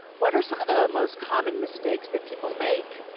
what are some of the most common mistakes that people make,